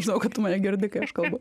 žinau kad tu mane girdi kaik aš kalbu